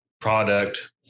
product